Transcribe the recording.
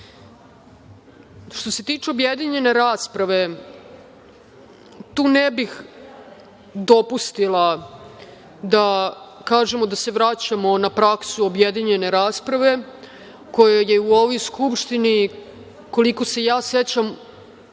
se tiče objedinjene rasprave, tu ne bih dopustila da kažemo da se vraćamo na praksu objedinjene rasprave, koja je u ovoj Skupštini, koliko se ja sećam,